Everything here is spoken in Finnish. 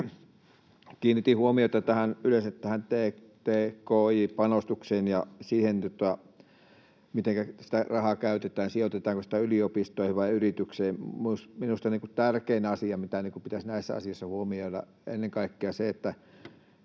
Kiinnitin huomiota yleisesti tähän tki-panostukseen ja siihen, mitenkä sitä rahaa käytetään: sijoitetaanko sitä yliopistoihin vai yrityksiin. Minusta tärkein asia, mitä pitäisi näissä asioissa huomioida, on ennen kaikkea se, että